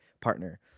partner